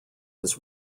his